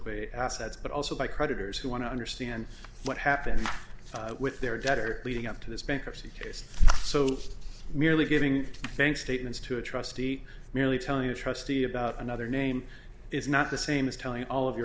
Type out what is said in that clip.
slickly assets but also by creditors who want to understand what happened with their daughter leading up to this bankruptcy case so merely giving thanks statements to a trustee merely telling the trustee about another name is not the same as telling all of your